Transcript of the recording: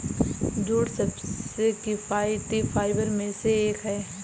jute सबसे किफायती fibre में से एक है